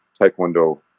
taekwondo